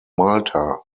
malta